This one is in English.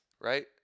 right